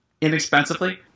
inexpensively